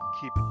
keep